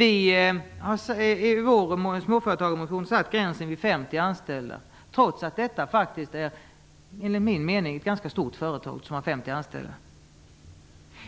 I vår småföretagarmotion har vi satt gränsen vid 50 anställda, trots att det faktiskt enligt min mening är ett ganska stort företag som har 50 anställda.